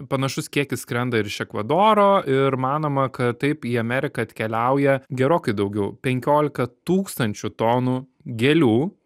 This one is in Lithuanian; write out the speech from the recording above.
panašus kiekis skrenda ir iš ekvadoro ir manoma kad taip į ameriką atkeliauja gerokai daugiau penkiolika tūkstančių tonų gėlių